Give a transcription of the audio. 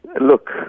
Look